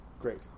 Great